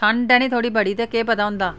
ठंड ऐ नां थोह्ड़ी बड़ी ते केह् पता होंदा